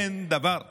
אין דבר כזה.